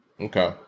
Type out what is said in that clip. Okay